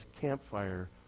campfire